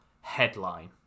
headline